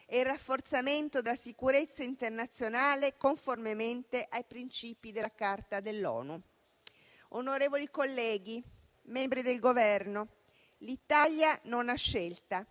e il rafforzamento della sicurezza internazionale, conformemente ai principi della Carta dell'ONU. Onorevoli colleghi, membri del Governo, l'Italia non ha scelta.